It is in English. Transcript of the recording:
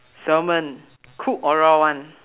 salmon cook or raw one